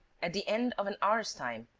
at the end of an hour's time,